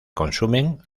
consumen